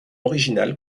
original